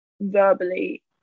verbally